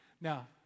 Now